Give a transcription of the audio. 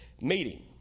meeting